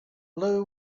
blue